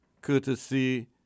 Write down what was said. courtesy